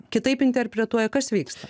kitaip interpretuoja kas vyksta